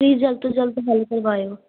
ਅਤੇ ਜਲਦ ਤੋ ਜਲਦ ਹੱਲ ਕਰਵਾਇਓ